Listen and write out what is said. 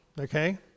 okay